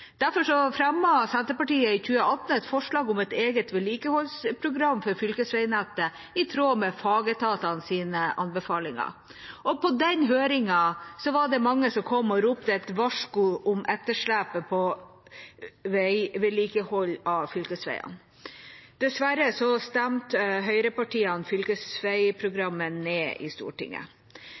Derfor fremmet Senterpartiet i 2018 et forslag om et eget vedlikeholdsprogram for fylkesveinettet i tråd med fagetatenes anbefalinger. På den høringen var det mange som kom og ropte et varsku om etterslepet på vedlikehold av fylkesveiene. Dessverre stemte høyrepartiene fylkesveiprogrammet ned i Stortinget.